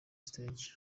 stage